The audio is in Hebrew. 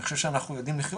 אני חושב שאנחנו יודעים לחיות,